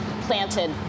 planted